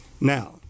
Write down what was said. Now